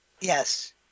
Yes